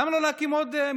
למה לא להקים עוד מתחמים?